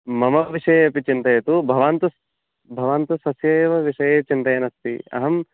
मम विषयेपि चिन्तयतु भवान् तु भवान् तु स्वस्य एव विषये चिन्तयन् अस्ति अहं